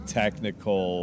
technical